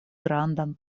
grandan